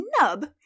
nub